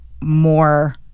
more